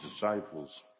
disciples